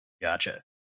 Gotcha